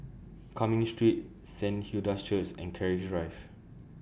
Cumming Street Saint Hilda's Church and Keris Drive